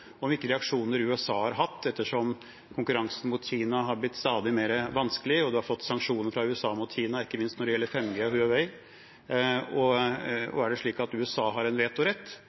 og om hvilke reaksjoner USA har hatt, ettersom konkurransen mot Kina er blitt stadig mer vanskelig, og man har fått sanksjoner fra USA mot Kina, ikke minst når det gjelder 5G og Huawei. Og er det slik at USA har en vetorett